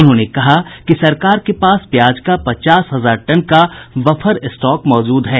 उन्होंने कहा कि सरकार के पास प्याज का पचास हजार टन का बफर स्टॉक मौजूद है